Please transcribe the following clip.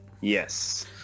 Yes